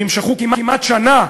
שנמשכו כמעט שנה,